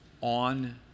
on